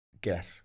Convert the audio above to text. get